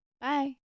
bye